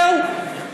זהו,